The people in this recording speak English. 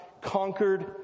conquered